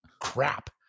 crap